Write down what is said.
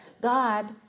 God